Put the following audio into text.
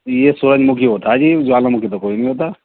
یہ سورج مکھی ہوتا ہے جی جوالا مکھی تو کوئی نہیں ہوتا